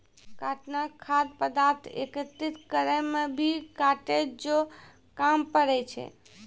काटना खाद्य पदार्थ एकत्रित करै मे भी काटै जो काम पड़ै छै